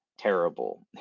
Terrible